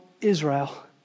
Israel